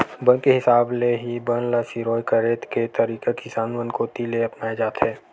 बन के हिसाब ले ही बन ल सिरोय करे के तरीका किसान मन कोती ले अपनाए जाथे